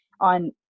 on